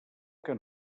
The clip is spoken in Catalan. que